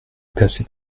passée